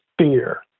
fear